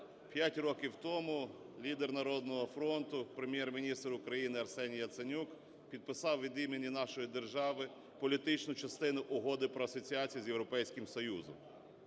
П'ять років тому лідер "Народного фронту", Прем'єр-міністр України Арсеній Яценюк підписав від імені нашої держави політичну частину Угоди про асоціацію з Європейським Союзом.